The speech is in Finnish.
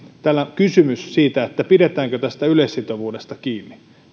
kysymys siitä pidetäänkö tästä yleissitovuudesta kiinni